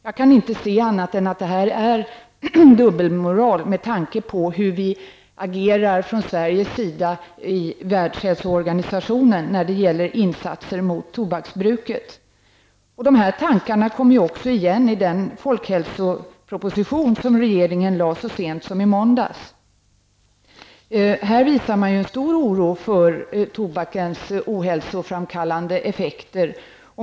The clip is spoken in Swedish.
Jag kan inte se annat än att detta är dubbelmoral med tanke på hur vi i Sverige agerar i världshälsoorganisationen när det gäller insatser mot tobaksbruket. Dessa tankar kommer också igen i den folkhälsoproposition som regeringen lade fram så sent som i måndags. Här visar man en stor oro för tobakens ohälsoframkallande effekter.